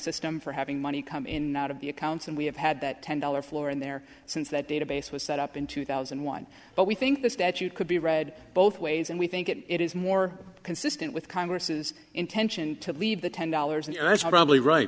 system for having money come in out of the accounts and we have had that ten dollar floor in there since that database was set up in two thousand and one but we think the statute could be read both ways and we think it is more consistent with congress's intention to leave the ten dollars and others are probably right